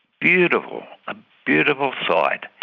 beautiful, a beautiful sight.